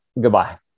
goodbye